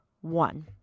one